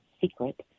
secret